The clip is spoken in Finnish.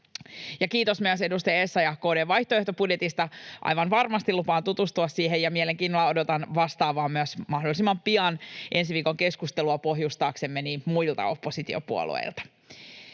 Kiitos, edustaja Essayah, myös KD:n vaihtoehtobudjetista. Aivan varmasti lupaan tutustua siihen. Ja mielenkiinnolla odotan vastaavaa mahdollisimman pian ensi viikon keskustelua pohjustaaksemme myös muilta oppositiopuolueilta.